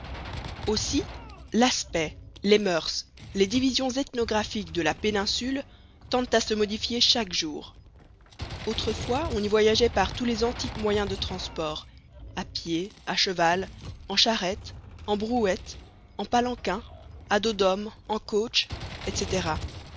aussi l'aspect les moeurs les divisions ethnographiques de la péninsule tendent à se modifier chaque jour autrefois on y voyageait par tous les antiques moyens de transport à pied à cheval en charrette en brouette en palanquin à dos d'homme en coach etc